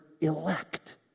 elect